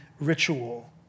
ritual